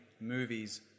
movies